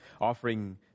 offering